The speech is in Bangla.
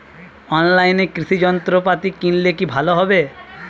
অনলাইনে কৃষি যন্ত্রপাতি কিনলে কি ভালো হবে?